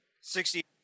Sixty